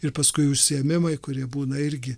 ir paskui užsiėmimai kurie būna irgi